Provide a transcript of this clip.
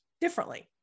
differently